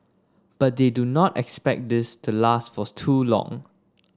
but they do not expect this to last for too long